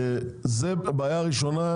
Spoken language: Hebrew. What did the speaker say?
זו בעיה ראשונה.